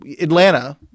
Atlanta